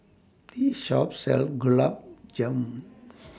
This Shop sells Gulab Jamun